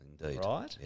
right